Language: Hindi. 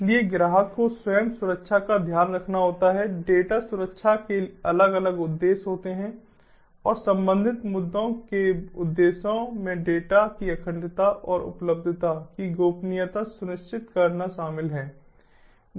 इसलिए ग्राहक को स्वयं सुरक्षा का ध्यान रखना होता है डेटा सुरक्षा के अलग अलग उद्देश्य होते हैं और संबंधित मुद्दों के उद्देश्यों में डेटा की अखंडता और उपलब्धता की गोपनीयता सुनिश्चित करना शामिल है